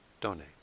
donate